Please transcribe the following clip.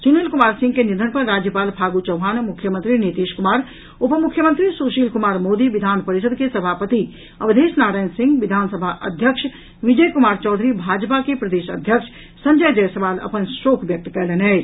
सुनील कुमार सिंह के निधन पर राज्यपाल फागू चौहान मुख्यमंत्री नीतीश कुमार उप मुख्यमंत्री सुशील कुमार मोदी विधान परिषद् के सभापति अवधेश नारायण सिंह विधानसभा अध्यक्ष विजय कुमार चौधरी भाजपा के प्रदेश अध्यक्ष संजय जायसवाल अपन शोक व्यक्त कयलनि अछि